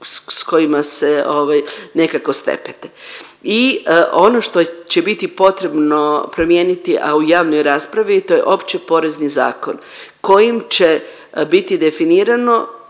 s kojima se ovaj, nekako stepete. I ono što će biti potrebno promijeniti, a u javnoj raspravi to je opće porezni zakon kojim će biti definirano